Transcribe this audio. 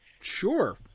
Sure